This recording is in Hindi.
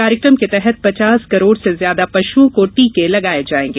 कार्येक्रम के तहत पचास करोड़ से ज्यादा पशुओं को टीके लगाए जाएंगे